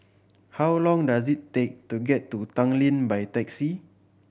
how long does it take to get to Tanglin by taxi